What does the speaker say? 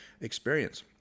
experience